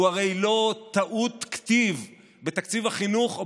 הוא הרי לא טעות כתיב בתקציב החינוך או